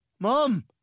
Mom